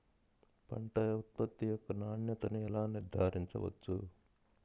పంట ఉత్పత్తి యొక్క నాణ్యతను ఎలా నిర్ధారించవచ్చు?